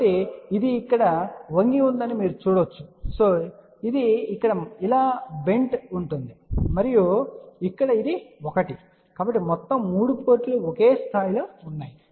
కాబట్టి ఇది ఇక్కడ వంగి ఉందని మీరు చూడవచ్చు ఇది ఇక్కడ ఇలా వంగి ఉంటుంది మరియు ఇక్కడ ఇది ఒకటి కాబట్టి మొత్తం 3 పోర్టులు ఒకే స్థాయిలో ఉన్నాయి